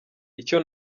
icyo